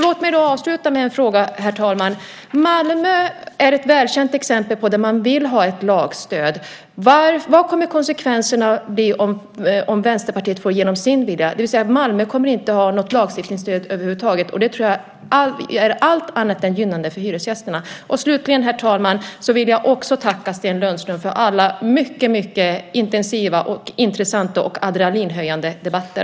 Låt mig då avsluta med en fråga, herr talman: Malmö är ett välkänt exempel när det handlar om att vilja ha ett lagstöd, vad kommer konsekvenserna att bli om Vänsterpartiet får sin vilja igenom, det vill säga att Malmö inte kommer att ha något lagstiftningsstöd över huvud taget? Det tror jag är allt annat än gynnande för hyresgästerna. Slutligen, herr talman, vill jag också tacka Sten Lundström för alla mycket intensiva, intressanta och adrenalinhöjande debatter.